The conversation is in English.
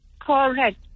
Correct